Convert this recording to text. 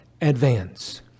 advance